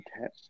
tap